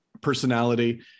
personality